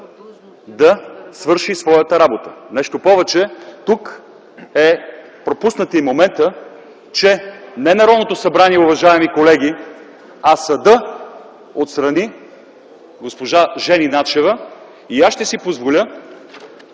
да свършат своята работа. Нещо повече, тук е пропуснат и моментът, че не Народното събрание, уважаеми колеги, а съдът отстрани госпожа Жени Начева. Аз ще си позволя